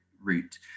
route